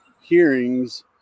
hearings